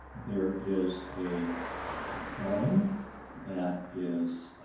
there is a ah crime that is